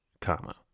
comma